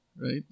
right